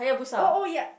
oh oh ya